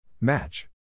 Match